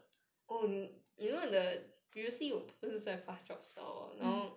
mm